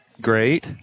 great